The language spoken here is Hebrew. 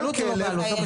הוא בבעלות או לא בבעלות.